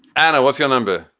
anna, what's your number?